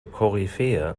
koryphäe